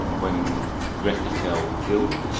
when greta fell ill.